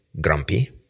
grumpy